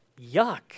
yuck